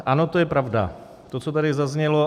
Ano, to je pravda, to, co tady zaznělo.